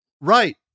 Right